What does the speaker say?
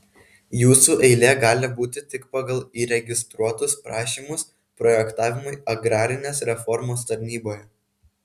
jūsų eilė gali būti tik pagal įregistruotus prašymus projektavimui agrarinės reformos tarnyboje